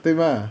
对吗